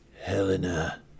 Helena